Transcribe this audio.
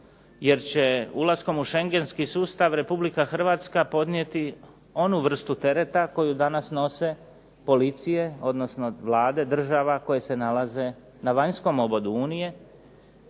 jer će ulaskom u šengenski sustav Republika Hrvatska podnijeti onu vrstu tereta koju danas nose policije, odnosno vlade država koje se nalaze na vanjskom obodu Unije,